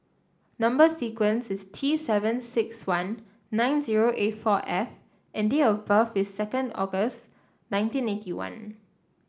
number sequence is T seven six one nine zero eight four F and date of birth is second August nineteen eighty one